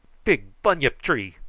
big bunyip tree!